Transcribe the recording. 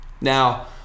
Now